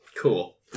Cool